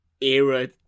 era